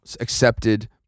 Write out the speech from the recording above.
accepted